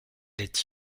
est